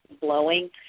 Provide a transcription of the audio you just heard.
blowing